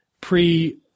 pre